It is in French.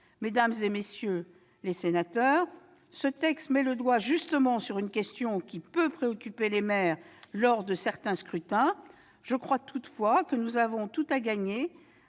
Mesdames, messieurs les sénateurs, ce texte met le doigt, justement, sur une question pouvant préoccuper les maires lors de certains scrutins. Je crois toutefois que nous avons tout à gagner